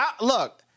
look